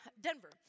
Denver